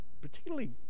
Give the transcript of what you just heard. particularly